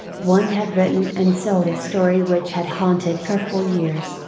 one had written and sold a story which had haunted her for years,